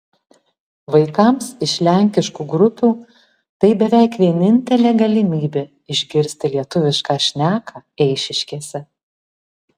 vaikams iš lenkiškų grupių tai beveik vienintelė galimybė išgirsti lietuvišką šneką eišiškėse